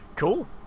Cool